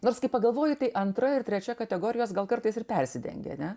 nors kai pagalvoji tai antra ir trečia kategorijos gal kartais ir persidengia ane